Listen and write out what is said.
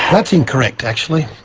that's incorrect, actually,